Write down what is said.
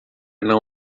não